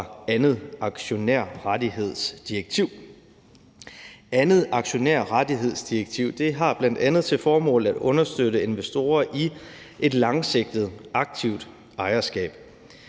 af 2. aktionærrettighedsdirektiv. 2. aktionærrettighedsdirektiv har bl.a. til formål at understøtte investorer i et langsigtet, aktivt ejerskab.